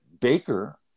Baker